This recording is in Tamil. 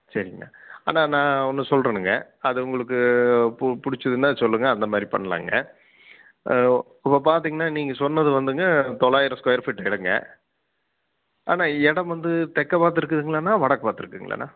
சரிங்கண்ணா அண்ணா நான் ஒன்று சொல்லறனுங்க அது உங்களுக்கு பு பிடிச்சுதுன்னா சொல்லுங்கள் அந்தமாதிரி பண்ணுலாங்க ஆ இப்போ பார்த்தீங்கனா நீங்கள் சொன்னது வந்துங்க தொள்ளாயிரம் ஸ்கொயர் ஃபீட் இடங்க அண்ணா இடம் வந்து தெற்க பார்த்து இருக்குதுங்களா அண்ணா வடக்கை பார்த்து இருக்குங்களா அண்ணா